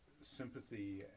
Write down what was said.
sympathy